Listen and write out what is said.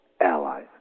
allies